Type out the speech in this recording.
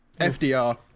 FDR